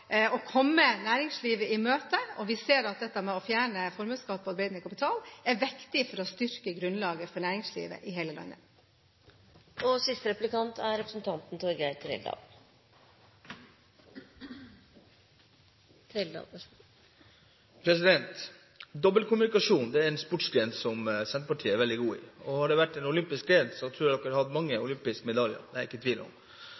å komme næringslivet i møte, og vi ser at det å fjerne formuesskatt på arbeidende kapital er viktig for å styrke grunnlaget for næringslivet i hele landet. Dobbeltkommunikasjon er en sportsgren som Senterpartiet er veldig god i. Hadde det vært en olympisk gren, tror jeg dere hadde hatt mange olympiske medaljer. Det er jeg ikke i tvil om.